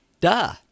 Duh